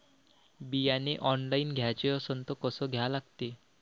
बियाने ऑनलाइन घ्याचे असन त कसं घ्या लागते?